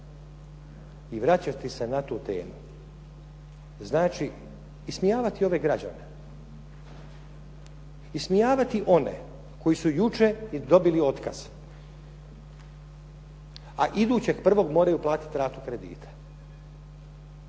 i vraćati se na tu temu znači ismijavati ove građane, ismijavati one koji su jučer dobili otkaz, a idućeg prvog moraju platiti ratu kredita.